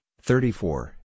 thirty-four